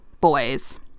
boys